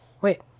Wait